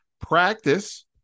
Practice